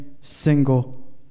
single